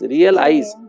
Realize